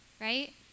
right